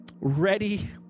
ready